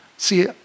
See